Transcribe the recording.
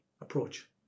approach